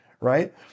right